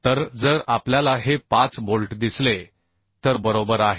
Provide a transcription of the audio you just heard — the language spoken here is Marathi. तर जर आपल्याला हे 5 बोल्ट दिसले तर बरोबर आहेत